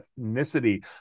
ethnicity